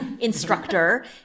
instructor